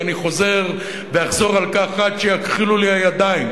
ואני חוזר ואחזור על כך עד שיכחילו לי הידיים: